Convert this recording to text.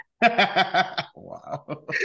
wow